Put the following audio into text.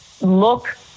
look